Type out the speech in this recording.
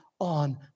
on